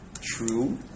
true